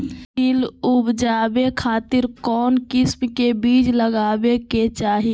तिल उबजाबे खातिर कौन किस्म के बीज लगावे के चाही?